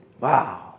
Wow